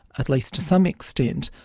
at least to some extent,